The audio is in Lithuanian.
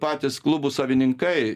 patys klubų savininkai